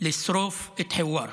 "לשרוף את חווארה".